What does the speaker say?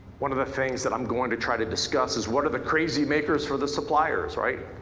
one of the things that i'm going to try to discuss is what are the crazy makers for the suppliers, right.